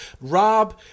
Rob